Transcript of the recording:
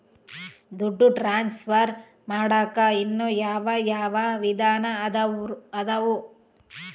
ದುಡ್ಡು ಟ್ರಾನ್ಸ್ಫರ್ ಮಾಡಾಕ ಇನ್ನೂ ಯಾವ ಯಾವ ವಿಧಾನ ಅದವು?